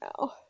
now